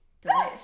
Delicious